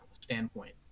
standpoint